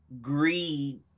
greed